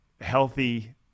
healthy